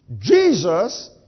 Jesus